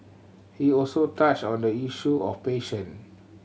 he also touched on the issue of passion